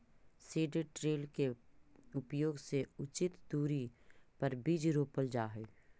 seed drill के उपयोग से उचित दूरी पर बीज रोपल जा हई